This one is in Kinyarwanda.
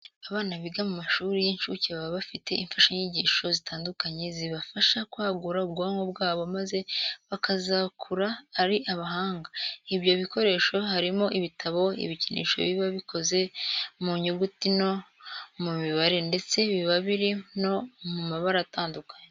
Abana biga mu mashuri y'incuke baba bafite imfashanyigisho zitandukanye zibafasha kwagura ubwonko bwabo maze bakazakura ari abahanga. Ibyo bikoresho harimo ibitabo, ibikinisho biba bikozwe mu nyuguti no mu mibare ndetse biba biri no mu mabara atandukanye.